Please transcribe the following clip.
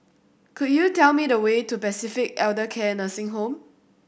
could you tell me the way to Pacific Elder Care Nursing Home